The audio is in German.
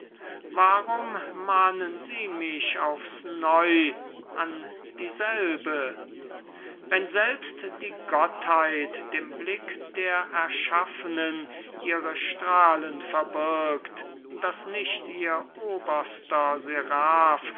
vergeben warum mahnen sie mich aufs neu an dieselbe wenn selbst die gottheit dem blick der erschaffenen ihre strahlen verbirgt daß nicht ihr oberster